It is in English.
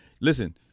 listen